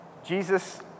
Jesus